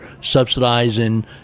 subsidizing